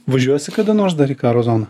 važiuosi kada nors dar į karo zoną